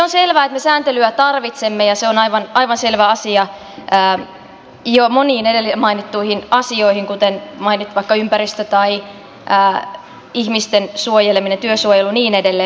on selvää että me sääntelyä tarvitsemme ja se on aivan selvä asia jo moniin edellä mainittuihin asioihin liittyen kuten on mainittu vaikka ympäristö tai ihmisten suojeleminen työsuojelu ja niin edelleen